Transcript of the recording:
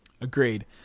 Agreed